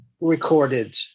recorded